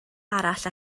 arall